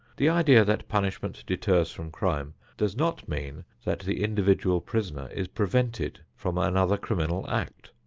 the idea that punishment deters from crime does not mean that the individual prisoner is prevented from another criminal act.